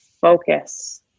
focus